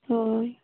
ᱦᱳᱭ